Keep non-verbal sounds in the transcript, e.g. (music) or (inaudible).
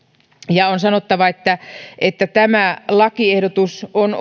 on sanottava että että tämä lakiehdotus on (unintelligible)